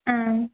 ஆ